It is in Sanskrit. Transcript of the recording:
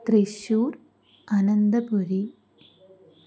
त्रिश्शूर् अनन्तपुरी